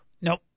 Nope